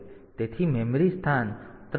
તેથી મેમરી સ્થાન 3 સામગ્રી A માં આવશે